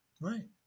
Right